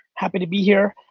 happy to be here.